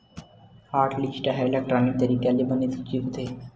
hotlist ह electronic तरीका ले बने सूची होथे